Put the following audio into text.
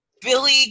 billy